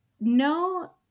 No